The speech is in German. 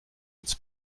uns